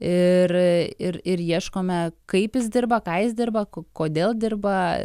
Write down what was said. ir ir ir ieškome kaip jis dirba ką jis dirba kodėl dirba